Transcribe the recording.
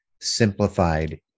simplified